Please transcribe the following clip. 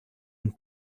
and